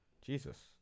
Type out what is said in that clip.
jesus